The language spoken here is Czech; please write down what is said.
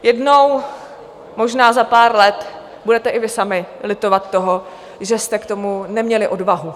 Jednou, možná za pár let, budete i vy sami litovat toho, že jste k tomu neměli odvahu.